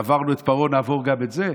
"עברנו את פרעה, נעבור גם את זה"?